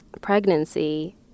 pregnancy